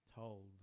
told